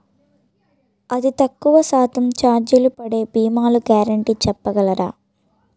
అతి తక్కువ శాతం ఛార్జీలు పడే భీమాలు గ్యారంటీ చెప్పగలరా?